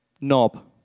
Knob